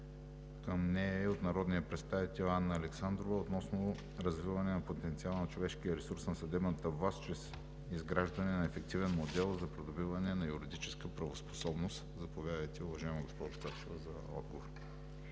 към нея е от народния представител Анна Александрова – относно развиване на потенциала на човешкия ресурс на съдебната власт чрез изграждане на ефективен модел за придобиване на юридическа правоспособност. Заповядайте, уважаема госпожо Александрова.